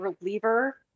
reliever